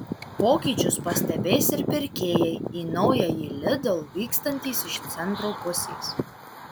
pokyčius pastebės ir pirkėjai į naująjį lidl vykstantys iš centro pusės